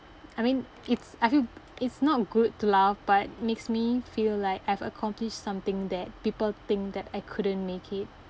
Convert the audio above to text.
I mean it's I feel it's not good to laugh but makes me feel like I've accomplished something that people think that I couldn't make it